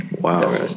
Wow